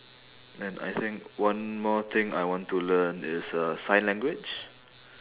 and I think one more thing I want to learn is uh sign language